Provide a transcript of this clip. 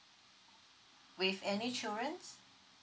with any childrens